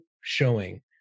showing